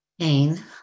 Pain